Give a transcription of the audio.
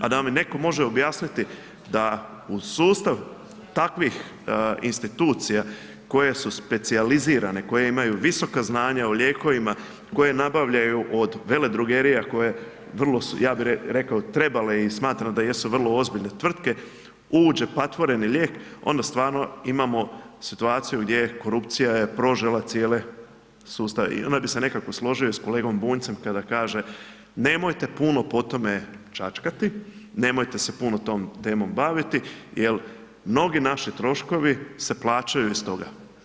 A da mi netko može objasniti da uz sustav takvih institucija koje su specijalizirane, koje imaju visoka znanja o lijekovima koje nabavljaju od Veledrogerija koje vrlo su, ja bi rekao trebale i smatram da jesu vrlo ozbiljne tvrtke, uđe patvoreni lijek, onda stvarno imamo situaciju gdje je korupcija je prožela cijela sustave i onda bi se nekako složio i s kolegom Bunjcom kada kaže nemojte puno po tome čačkati, nemojte se puno tom temom baviti jel mnogi naši troškovi se plaćaju iz toga.